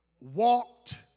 walked